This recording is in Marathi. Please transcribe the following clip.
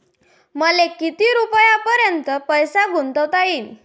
मले किती रुपयापर्यंत पैसा गुंतवता येईन?